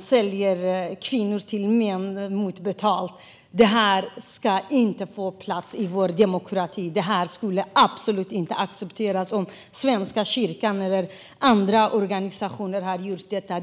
säljer kvinnor till män mot betalning. Detta ska inte få förekomma i vår demokrati. Detta skulle absolut inte accepteras om Svenska kyrkan eller andra organisationer hade gjort detta.